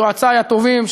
יועצי הטובים,